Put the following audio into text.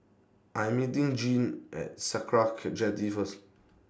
I'm meeting Jeane At Sakra Jetty First